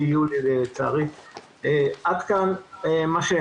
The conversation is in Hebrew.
למה אני קורא שירות?